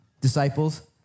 disciples